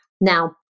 Now